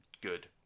good